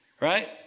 right